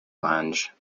lange